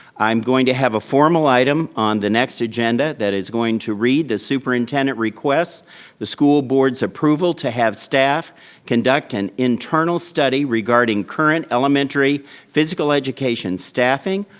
i am going to have a formal item on the next agenda that is going to read, the superintendent requests the school board's approval to have staff conduct an internal study regarding current elementary physical education staffing,